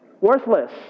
Worthless